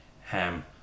Ham